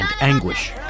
anguish